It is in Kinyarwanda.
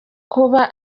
kuba